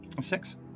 Six